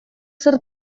zer